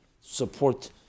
support